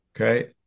okay